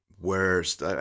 worst